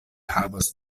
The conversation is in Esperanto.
havos